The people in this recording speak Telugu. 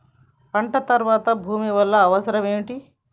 పంట తర్వాత భూమి వల్ల అవసరం ఏమిటి?